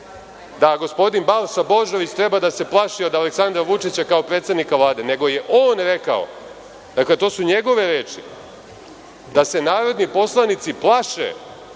da gospodin Balša Božović treba da se plaši od Aleksandra Vučića, kao predsednika Vlade, nego je on rekao. Dakle to su njegove reči, da se narodni poslanici plaše